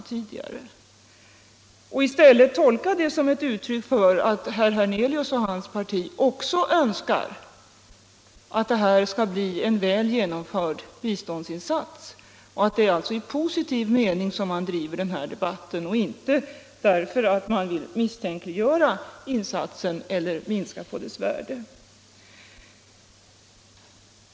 Jag tolkar det alltså som ett uttryck för att herr Hernelius och hans parti också önskar att det projektet skall bli en väl genomförd biståndsinsats och att det är i positiv anda som man driver denna debatt och inte för att misstänkliggöra insatsen eller minska dess värde.